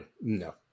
No